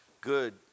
good